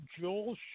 Joel